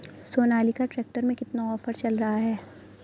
Sonalika tractor में कितना offer चल रहा है?